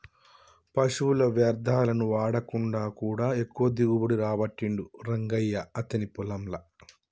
పశువుల వ్యర్ధాలను వాడకుండా కూడా ఎక్కువ దిగుబడి రాబట్టిండు రంగయ్య అతని పొలం ల